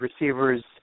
receivers